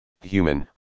human